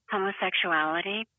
homosexuality